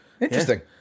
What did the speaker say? interesting